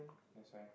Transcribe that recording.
that's why